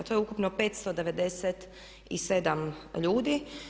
To je ukupno 597 ljudi.